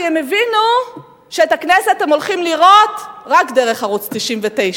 כי הם הבינו שאת הכנסת הם הולכים לראות רק דרך ערוץ-99.